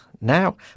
Now